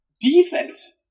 defense